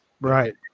right